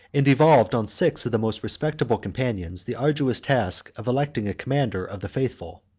and devolved on six of the most respectable companions the arduous task of electing a commander of the faithful.